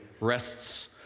rests